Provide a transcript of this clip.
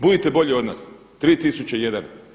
Budite bolji od nas 301.